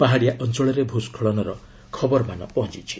ପାହାଡ଼ିଆ ଅଞ୍ଚଳରେ ଭୂସ୍କଳନର ଖବରମାନ ପହଞ୍ଚୁଛି